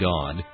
God